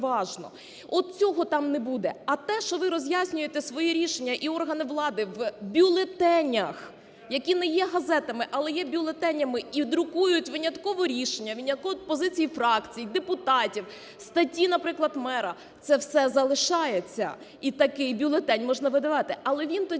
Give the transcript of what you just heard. цього там не буде.